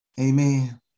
Amen